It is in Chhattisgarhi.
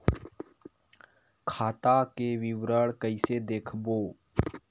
खाता के विवरण कइसे देखबो?